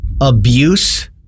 abuse